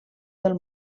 del